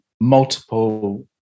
multiple